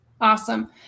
Awesome